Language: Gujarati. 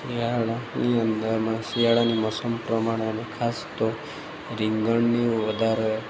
શિયાળાની અંદરમાં શિયાળાની મોસમ પ્રમાણે અને ખાસ તો રીંગણની વધારે